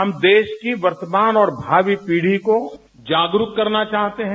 हम देश की वर्तमान और भावी पीढ़ी को जागरूक करना चाहते हैं